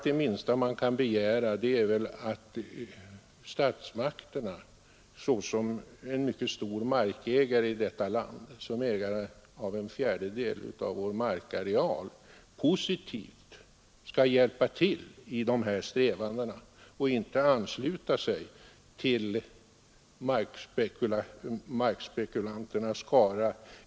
Det minsta man då kan begära är väl att statsmakterna i egenskap av ägare till en stor del av marken i detta land — en fjärdedel av vår markareal — positivt hjälper till i dessa strävanden och icke ansluter sig till markspekulanternas skara.